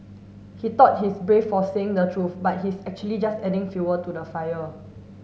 he thought he's brave for saying the truth but he's actually just adding fuel to the fire